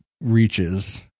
reaches